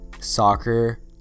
soccer